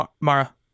Mara